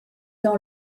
dans